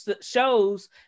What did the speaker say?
shows